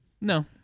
No